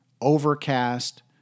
Overcast